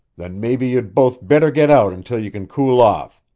then maybe you'd both better get out until you can cool off.